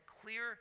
clear